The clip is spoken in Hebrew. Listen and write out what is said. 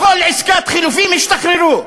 בכל עסקת חילופין השתחררו.